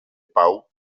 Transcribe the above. pau